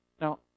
Now